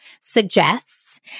suggests